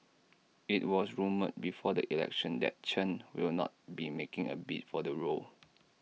IT was rumoured before the election that Chen will not be making A bid for the role